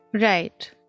Right